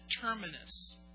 terminus